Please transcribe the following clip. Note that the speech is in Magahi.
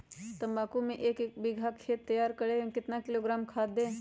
तम्बाकू के एक बीघा खेत तैयार करें मे कितना किलोग्राम खाद दे?